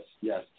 yes